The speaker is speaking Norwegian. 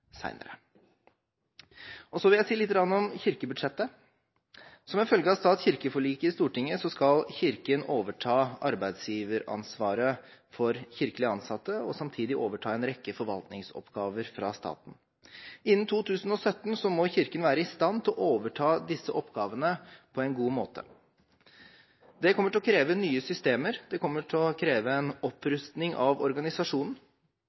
seinere. Så vil jeg si lite grann om kirkebudsjettet. Som en følge av stat–kirke-forliket i Stortinget, skal Kirken overta arbeidsgiveransvaret for kirkelig ansatte og samtidig overta en rekke forvaltningsoppgaver fra staten. Innen 2017 må Kirken være i stand til å overta disse oppgavene på en god måte. Det kommer til å kreve nye systemer. Det kommer til å kreve en opprustning av organisasjonen.